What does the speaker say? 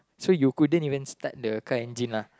so you couldn't even start the car engine lah